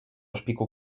szpiku